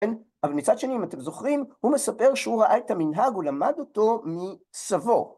‫אבל מצד שני, אם אתם זוכרים, ‫הוא מספר שהוא ראה את המנהג, ‫הוא למד אותו מסבו.